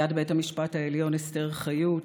נשיאת בית המשפט העליון אסתר חיות,